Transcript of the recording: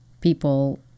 people